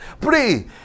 Pray